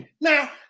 Now